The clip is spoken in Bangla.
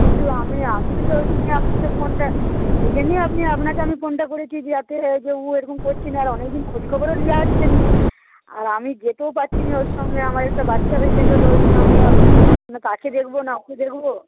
কিন্তু আমি আমিও তো ওই জন্য আপনাকে ফোনটা ওইজন্যেই আপনি আপনাকে আমি ফোনটা করেছি যাতে ও এরকম করছে না আর অনেকদিন খোঁজখবরও নেওয়া হচ্ছে না আর আমি যেতেও পারছি না ওর সঙ্গে আমার একটা বাচ্চা হয়েছে ছোটো ওইজন্য আমিও তাকে দেখব না ওকে দেখব